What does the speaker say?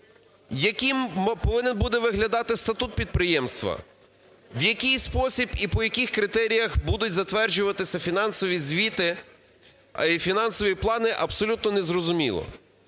Яким повинен буде виглядати статут підприємства? В який спосіб і по яких критеріях будуть затверджуватися фінансові звіти і фінансові плани, абсолютно незрозуміло.